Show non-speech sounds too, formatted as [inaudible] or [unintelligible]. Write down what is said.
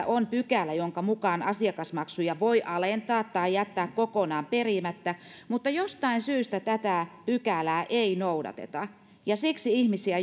[unintelligible] on pykälä jonka mukaan asiakasmaksuja voi alentaa tai jättää kokonaan perimättä mutta jostain syystä tätä pykälää ei noudateta ja siksi ihmisiä [unintelligible]